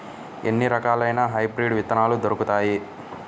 ఎన్ని రకాలయిన హైబ్రిడ్ విత్తనాలు దొరుకుతాయి?